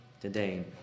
today